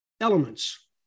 elements